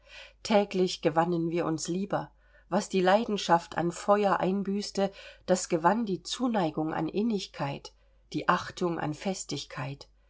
täglich gewannen wir uns lieber was die leidenschaft an feuer einbüßte das gewann die zuneigung an innigkeit die achtung an festigkeit